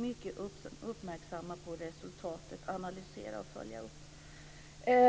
mycket uppmärksamma på resultatet, analysera och följa upp det.